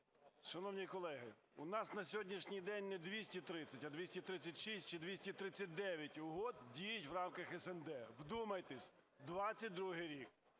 Шановні колеги, у нас на сьогоднішній день не 230, а 236 чи 239 угод діють в рамках СНД. Вдумайтесь, 22-й рік,